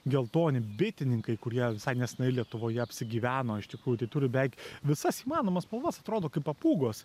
geltoni bitininkai kurie visai nesenai lietuvoje apsigyveno iš tikrųjų tai turi beveik visas įmanomas spalvas atrodo kaip papūgos